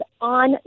on